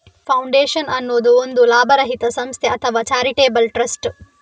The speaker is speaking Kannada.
ಫೌಂಡೇಶನ್ ಅನ್ನುದು ಒಂದು ಲಾಭರಹಿತ ಸಂಸ್ಥೆ ಅಥವಾ ಚಾರಿಟೇಬಲ್ ಟ್ರಸ್ಟ್